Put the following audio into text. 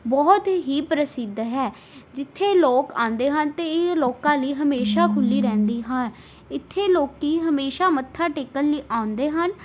ਬਹੁਤ ਹੀ ਪ੍ਰਸਿੱਧ ਹੈ ਜਿੱਥੇ ਲੋਕ ਆਉਂਦੇ ਹਨ ਅਤੇ ਇਹ ਲੋਕਾਂ ਲਈ ਹਮੇਸ਼ਾਂ ਖੁੱਲ੍ਹੀ ਰਹਿੰਦੀ ਹਾਂ ਇੱਥੇ ਲੋਕ ਹਮੇਸ਼ਾਂ ਮੱਥਾ ਟੇਕਣ ਲਈ ਆਉਂਦੇ ਹਨ